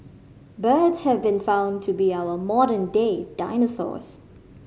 birds have been found to be our modern day dinosaurs